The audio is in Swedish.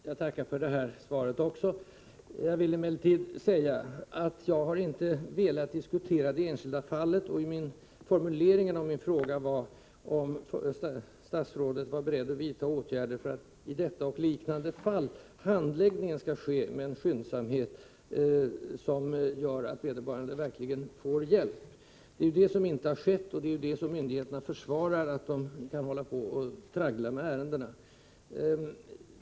Herr talman! Jag tackar för detta svar också. Jag vill emellertid säga att jag inte har velat diskutera det enskilda fallet. Min formulering av frågan var om statsrådet var beredd att vidta åtgärder för att i detta och liknande fall handläggningen skall ske med sådan skyndsamhet att vederbörande verkligen får hjälp. Det är ju detta som inte skett, samtidigt som myndigheterna försvarar att de kan hålla på och traggla med ärendena.